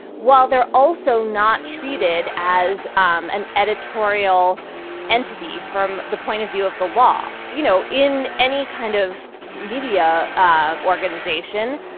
while they're also not treated as um an editorial entity from the point of view of the law. you know, in any kind of media ah organization,